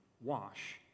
wash